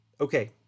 Okay